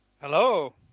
Hello